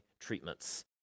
treatments